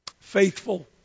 faithful